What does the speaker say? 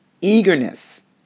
eagerness